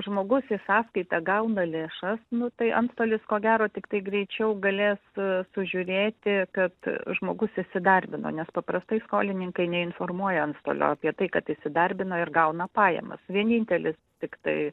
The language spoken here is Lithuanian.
žmogus į sąskaitą gauna lėšas nu tai antstolis ko gero tiktai greičiau galės sužiūrėti kad žmogus įsidarbino nes paprastai skolininkai neinformuoja antstolio apie tai kad įsidarbina ir gauna pajamas vienintelis tiktai